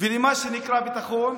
ולמה שנקרא ביטחון,